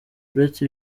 uretse